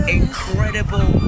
incredible